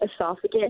esophagus